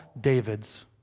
Davids